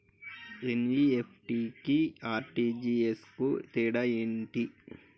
NEFT కి RTGS కు తేడా ఏంటిది?